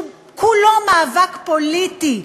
שהוא כולו מאבק פוליטי,